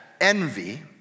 envy